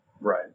Right